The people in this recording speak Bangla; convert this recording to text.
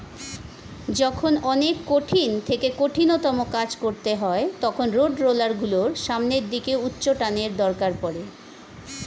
যখন অনেক কঠিন থেকে কঠিনতম কাজ করতে হয় তখন রোডরোলার গুলোর সামনের দিকে উচ্চটানের দরকার পড়ে